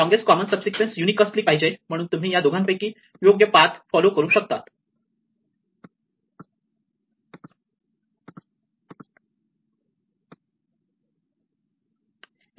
longest common subsequence unique असली पाहिजे म्हणून तुम्ही या दोघांपैकी योग्य पाथ फॉलो करून ती रिकव्हर करू शकता